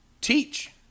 Teach